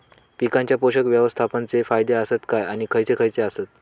पीकांच्या पोषक व्यवस्थापन चे फायदे आसत काय आणि खैयचे खैयचे आसत?